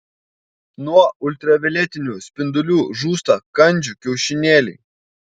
nuo ultravioletinių spindulių žūsta kandžių kiaušinėliai